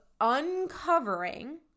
uncovering